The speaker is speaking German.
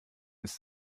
ist